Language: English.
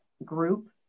group